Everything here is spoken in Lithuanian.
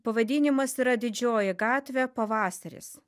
pavadinimas yra didžioji gatvė pavasaris